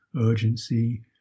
urgency